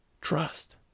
trust